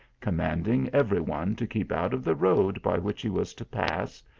commanding every one to keep out of the road by which he was to pass,